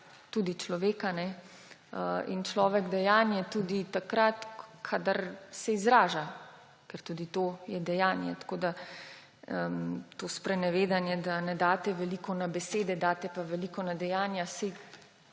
človeka in človek dejanje tudi takrat, kadar se izraža. Ker tudi to je dejanje. Tako da to sprenevedanje, da ne daste veliko na besede, daste pa veliko na dejanja –